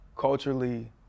culturally